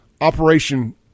operation